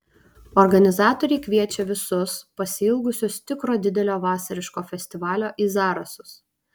organizatoriai kviečia visus pasiilgusius tikro didelio vasariško festivalio į zarasus